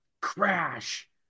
crash